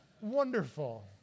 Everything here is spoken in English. Wonderful